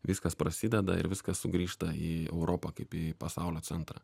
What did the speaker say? viskas prasideda ir viskas sugrįžta į europą kaip į pasaulio centrą